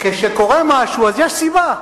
כשקורה משהו אז יש סיבה,